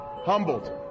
humbled